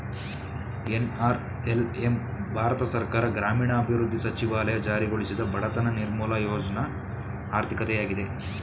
NRLM Bharat ಸರ್ಕಾರ ಗ್ರಾಮೀಣಾಭಿವೃದ್ಧಿ ಸಚಿವಾಲಯ ಜಾರಿಗೊಳಿಸಿದ ಬಡತನ ನಿರ್ಮೂಲ ಯೋಜ್ನ ಆರ್ಥಿಕತೆಯಾಗಿದೆ